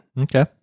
Okay